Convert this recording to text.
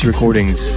recordings